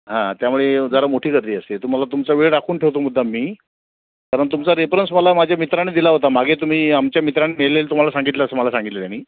हां त्यामुळे जरा मोठी गर्दी असते तुम्हाला तुमचा वेळ राखून ठेवतो मुद्दाम मी कारण तुमचा रेफरन्स मला माझ्या मित्राने दिला होता मागे तुम्ही आमच्या मित्रांनी दिलेला तुम्हाला सांगितलं असं मला सांगितलं त्यांनी